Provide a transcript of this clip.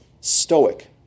stoic